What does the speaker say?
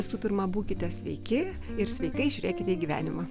visų pirma būkite sveiki ir sveikai žiūrėkite į gyvenimą